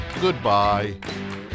Goodbye